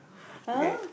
okay